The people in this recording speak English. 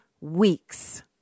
weeks